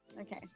Okay